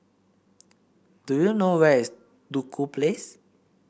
do you know where is Duku Place